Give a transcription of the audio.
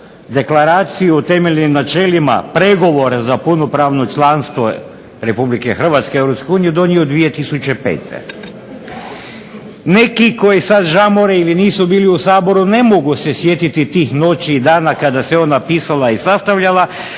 Deklaraciju o temeljnim načelima pregovora za punopravno članstvo Republike Hrvatske u EU donio 2005. Neki koji sad žamore ili nisu bili u Saboru ne mogu se sjetiti tih noći i dana kada se ona pisala i sastavljala,